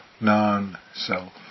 non-self